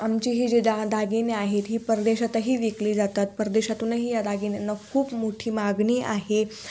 आमचीही जे दा दागिने आहेत ही परदेशातही विकली जातात परदेशातूनही या दागिन्यांना खूप मोठी मागणी आहे